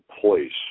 place